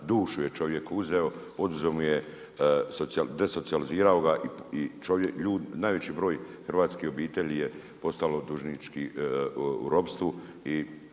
dušu je čovjeku uzeo, desocijalizirao ga i najveći broj hrvatskih obitelji postalo dužničko ropstvo